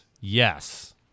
yes